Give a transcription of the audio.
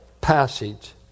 passage